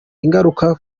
ingaruka